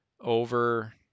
over